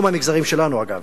לא מהמגזרים שלנו, אגב,